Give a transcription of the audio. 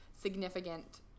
significant